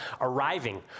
arriving